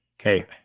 Okay